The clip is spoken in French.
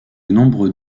nombreux